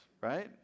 right